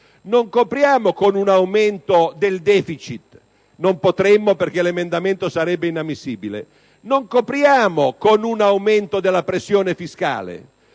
coperta con un aumento del deficit (non potremmo, perché l'emendamento sarebbe inammissibile); non copriamo con un aumento della pressione fiscale: